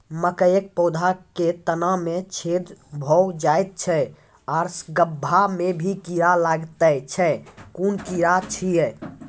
मकयक पौधा के तना मे छेद भो जायत छै आर गभ्भा मे भी कीड़ा लागतै छै कून कीड़ा छियै?